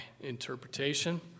interpretation